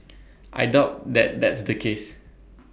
I doubt that that's the case